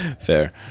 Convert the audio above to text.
Fair